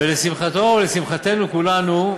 ולשמחתו ולשמחתנו כולנו,